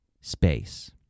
space